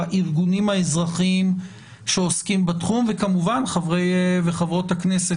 הארגונים האזרחיים שעוסקים בתחום וכמובן חברי וחברות הכנסת,